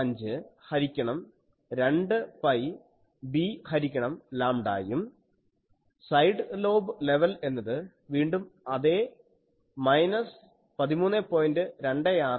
5 ഹരിക്കണം 2 pi b ഹരിക്കണം ലാംഡായും സൈഡ് ലോബ് ലെവൽ എന്നത് വീണ്ടും അതേ മൈനസ് 13